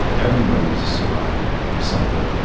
everybody's a survivor of something,